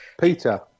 Peter